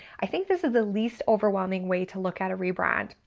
i think this is the least overwhelming way to look at a rebrand.